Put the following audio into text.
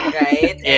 right